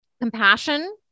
Compassion